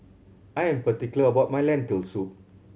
I am particular about my Lentil Soup